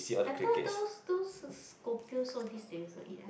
I thought those those Scorpios all this they also eat ah